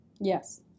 Yes